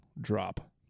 drop